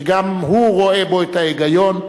שגם הוא רואה בו את ההיגיון,